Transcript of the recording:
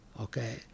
okay